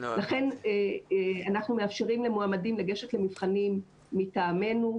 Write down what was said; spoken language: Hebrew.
לכן אנחנו מאפשרים למועמדים לגשת למבחנים מטעמנו,